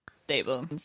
stable